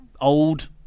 old